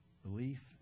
Belief